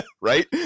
Right